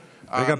רגע,